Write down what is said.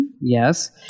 Yes